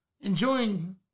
enjoying